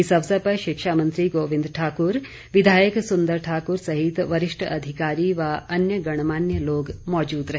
इस अवसर पर शिक्षा मंत्री गोविंद ठाकुर विधायक सुंदर ठाकुर सहित वरिष्ठ अधिकारी व अन्य गणमान्य लोग मौजूद रहे